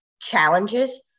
challenges